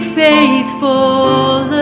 faithful